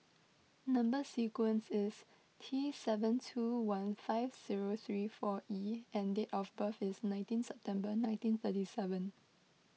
Number Sequence is T seven two one five zero three four E and date of birth is nineteen September nineteen thirty seven